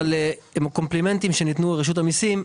אבל עם הקומפלימנטים שניתנו לרשות המיסים,